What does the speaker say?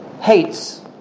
hates